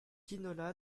quinola